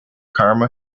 karma